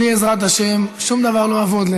בלי עזרת השם שום דבר לא יעבוד.